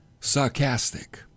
sarcastic